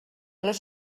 les